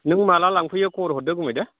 नों माब्ला लांफैयो खबर हरदो गुमै दे